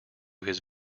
his